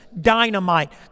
dynamite